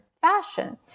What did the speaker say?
fashion